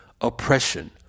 oppression